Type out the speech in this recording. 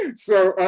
and so,